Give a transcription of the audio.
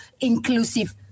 inclusive